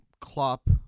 Klopp